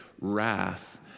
wrath